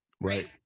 Right